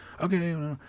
Okay